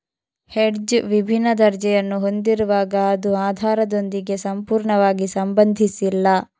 hedge ವಿಭಿನ್ನ ದರ್ಜೆಯನ್ನು ಹೊಂದಿರುವಾಗ ಅದು ಆಧಾರದೊಂದಿಗೆ ಸಂಪೂರ್ಣವಾಗಿ ಸಂಬಂಧಿಸಿಲ್ಲ